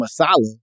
masala